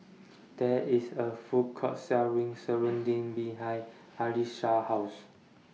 There IS A Food Court Selling Serunding behind Allyssa's House